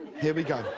here we go.